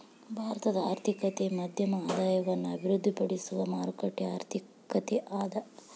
ಭಾರತದ ಆರ್ಥಿಕತೆ ಮಧ್ಯಮ ಆದಾಯವನ್ನ ಅಭಿವೃದ್ಧಿಪಡಿಸುವ ಮಾರುಕಟ್ಟೆ ಆರ್ಥಿಕತೆ ಅದ